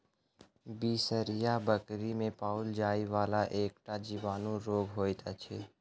बिसरहिया बकरी मे पाओल जाइ वला एकटा जीवाणु रोग होइत अछि